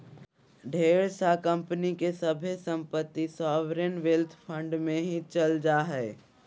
ढेर सा कम्पनी के सभे सम्पत्ति सॉवरेन वेल्थ फंड मे ही चल जा हय